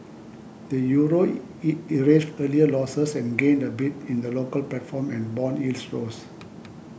the Euro erased earlier losses and gained a bit in the local platform and bond yields rose